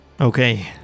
okay